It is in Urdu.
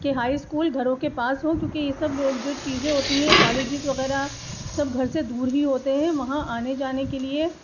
کہ ہائی اسکول گھروں کے پاس ہو کیونکہ یہ سب جو چیزیں ہوتی ہیں کالجز وغیرہ سب گھر سے دور ہی ہوتے ہیں وہاں آنے جانے کے لیے